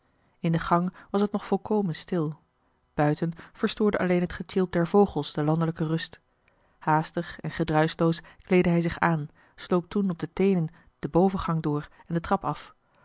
in den gang was het nog volkomen stil buiten verstoorde alleen het getjilp der vogels de landelijke rust haastig en gedruischloos kleedde hij zich aan sloop toen op de teenen den bovengang door en de trap af